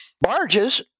barges